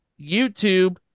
YouTube